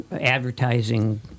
advertising